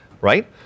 right